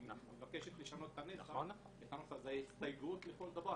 אם היא מבקשת לשנות את הנוסח אז זאת הסתייגות לכל דבר.